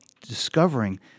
discovering